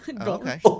Okay